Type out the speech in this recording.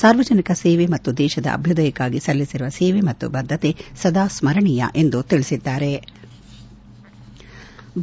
ಸಾರ್ವಜನಿಕ ಸೇವೆ ಮತ್ತು ದೇಶದ ಅಭ್ಯುದಯಕ್ಕಾಗಿ ಸಲ್ಲಿಸಿರುವ ಸೇವೆ ಮತ್ತು ಬದ್ದತೆ ಸದಾ ಸ್ಗರಣೀಯ ಎಂದು ತಿಳಿಸಿದ್ಗಾರೆ